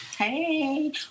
Hey